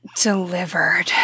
Delivered